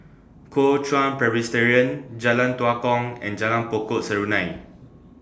Kuo Chuan Presbyterian Jalan Tua Kong and Jalan Pokok Serunai